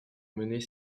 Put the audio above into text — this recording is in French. mener